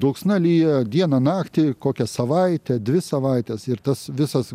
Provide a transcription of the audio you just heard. dulksna lyja dieną naktį kokią savaitę dvi savaites ir tas visas